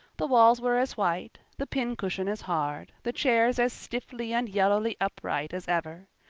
the walls were as white, the pincushion as hard, the chairs as stiffly and yellowly upright as ever.